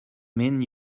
mean